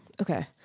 Okay